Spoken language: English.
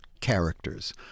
characters